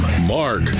Mark